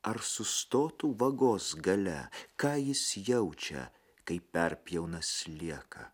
ar sustotų vagos gale ką jis jaučia kai perpjauna slieką